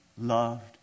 loved